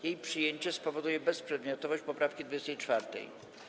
Jej przyjęcie spowoduje bezprzedmiotowość poprawki 24.